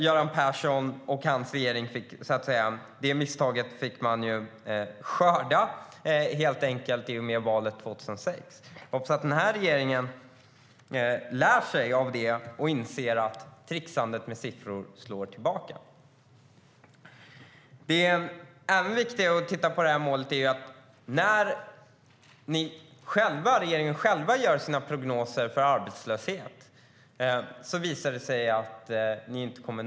Göran Persson och hans regering fick helt enkelt skörda frukterna av sitt misstag i och med valet 2006. Jag hoppas att den här regeringen lär sig av det och inser att tricksandet med siffror slår tillbaka. Ännu viktigare är att det visar sig att regeringen enligt sina egna arbetslöshetsprognoser inte kommer att nå sitt mål.